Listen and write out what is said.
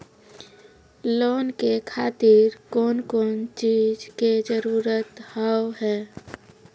Loan के खातिर कौन कौन चीज के जरूरत हाव है?